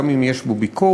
גם אם יש בו ביקורת,